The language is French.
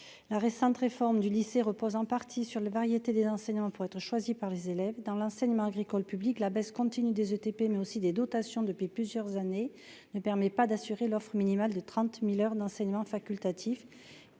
la récente réforme du lycée, repose en partie sur la variété des enseignements pour être choisis par les élèves dans l'enseignement agricole public la baisse continue des ETP, mais aussi des dotations depuis plusieurs années, ne permet pas d'assurer l'offre minimale de 30000 heures d'enseignement facultatif